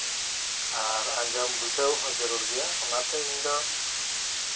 ᱟᱨ ᱟᱸᱡᱚᱢ ᱵᱩᱡᱷᱟᱹᱣ ᱦᱚᱸ ᱡᱟᱹᱨᱩᱲ ᱜᱮᱭᱟ ᱚᱱᱟᱛᱮ ᱤᱧᱫᱚ